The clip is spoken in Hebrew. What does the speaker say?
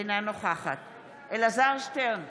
אינה נוכחת אלעזר שטרן,